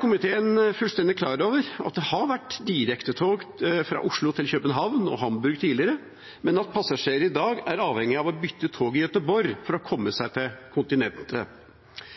Komiteen er fullstendig klar over at det har vært direktetog fra Oslo til København og Hamburg tidligere, men at passasjerer i dag er avhengige av å bytte tog i Gøteborg for å komme seg til kontinentet.